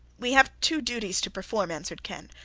we have two duties to perform, answered ken,